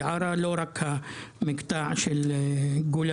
על עוד מקטע שהוא לא מוסדר?